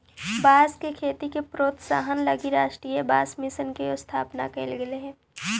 बाँस के खेती के प्रोत्साहन हलगी राष्ट्रीय बाँस मिशन के स्थापना कैल गेल हइ